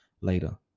later